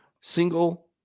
Single